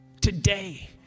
today